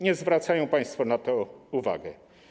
Nie zwracają państwo na to uwagi.